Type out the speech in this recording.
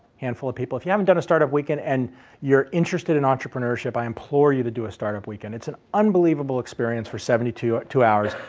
handful of people. if you haven't done a startup weekend and you're interested in entrepreneurship, i implore you to do a startup weekend. it's an unbelievable experience for seventy two two hours.